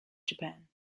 japan